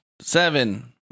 Seven